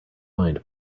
mind